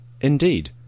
Indeed